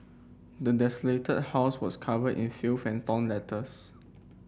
the desolated house was covered in filth and torn letters